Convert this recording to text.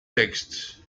texte